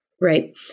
right